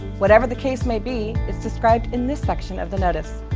whatever the case may be is described in this section of the notice.